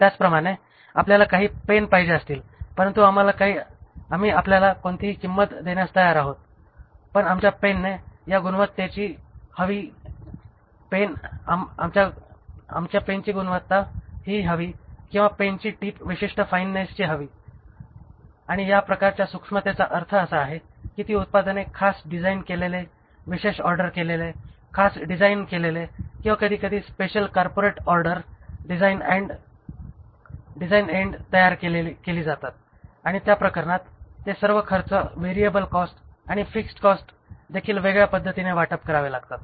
त्याचप्रमाणे आपल्याला काही पेन पाहिजे असतील परंतु आम्ही आपल्याला कोणतीही किंमत देण्यास तयार आहोत पण आमच्या पेनने या गुणवत्तेची हवी किंवा पेनची टीप विशिष्ट फाईननेसची हवी आणि या प्रकारच्या सूक्ष्मतेचा अर्थ असा कि ती उत्पादने खास डिझाइन केलेले विशेष ऑर्डर केलेले खास डिझाइन केलेले आणि कधीकधी special corporate order design and तयार केली जातात आणि त्या प्रकरणात ते सर्व खर्च व्हेरिएबल कॉस्ट आणि फिक्स्ड कॉस्टदेखील वेगळ्या पद्धतीने वाटप करावे लागतात